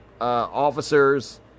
officers